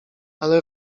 ale